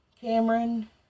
Cameron